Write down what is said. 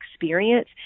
experience